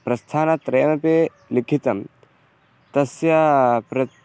प्रस्थानत्रयमपि लिखितं तस्य प्र